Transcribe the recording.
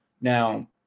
Now